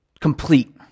complete